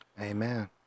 Amen